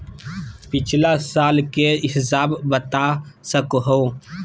पिछला साल के हिसाब बता सको हो?